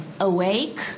Awake